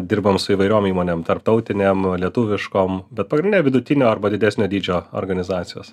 dirbam su įvairiom įmonėm tarptautinėm lietuviškom bet pagrindine vidutinio arba didesnio dydžio organizacijos